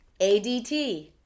ADT